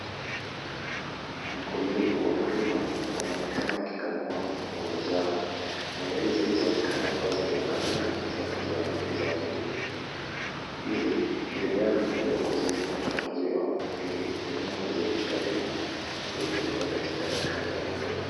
Wakulima wanaonekana wakikamua ng'ombe zao. Ng'ombe hizi zaonekana kuwa zenye afya na kutoa maziwa mengi zaidi. Ilimradi ng'ombe zako ziweze kutoa maziwa mengi, ni vyema kuzilisha vyema na kuvipeleka katika daktari wa ng'ombe.